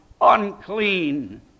unclean